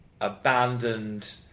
abandoned